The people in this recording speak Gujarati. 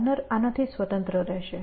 પ્લાનર આનાથી સ્વતંત્ર રહેશે